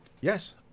Yes